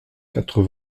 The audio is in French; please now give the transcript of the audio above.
quatre